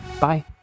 Bye